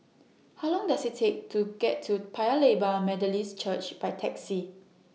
How Long Does IT Take to get to Paya Lebar Methodist Church By Taxi